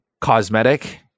cosmetic